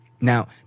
Now